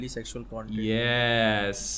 Yes